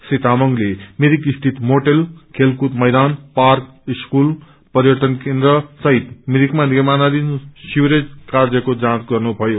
श्री तामंगले मिरिक स्थित मोटेला खेलकुद मैदान पार्क स्कूल पर्यटनकेन्द्र सहित भिरिकमा निर्माणयीन सिवरेज कार्यको जाँच गर्नुभयो